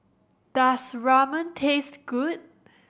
does Ramen taste good